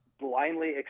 blindly